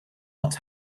not